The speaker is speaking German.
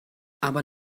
aber